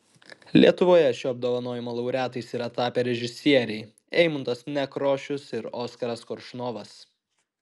lietuvoje šio apdovanojimo laureatais yra tapę režisieriai eimuntas nekrošius ir oskaras koršunovas